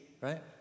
right